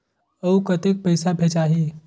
अउ कतेक पइसा भेजाही?